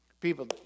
People